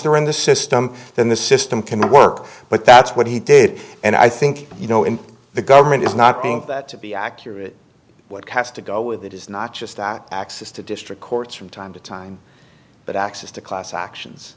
they're in the system then the system can work but that's what he did and i think you know in the government is not being that to be accurate what has to go with it is not just that access to district courts from time to time but access to class actions